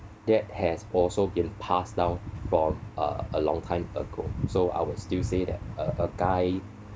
that has also been passed down from a a long time ago so I will still say that a a guy